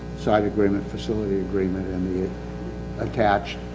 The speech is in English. side agreement, facility agreement, and the attached.